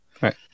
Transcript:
Right